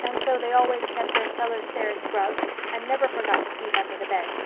and so they always kept their cellar stairs scrubbed and never forgot to sweep under the beds.